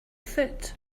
foot